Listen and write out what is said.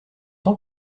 tant